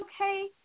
okay